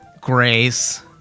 Grace